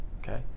Okay